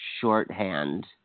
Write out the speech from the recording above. shorthand